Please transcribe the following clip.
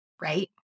right